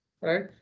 right